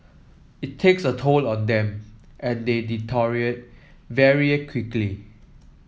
it takes a toll on them and they deteriorate very quickly